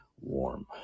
warm